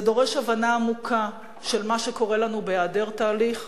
זה דורש הבנה עמוקה של מה שקורה לנו בהיעדר תהליך,